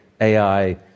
AI